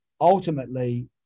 ultimately